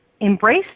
embrace